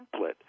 template